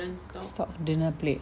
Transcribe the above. stock dinner plate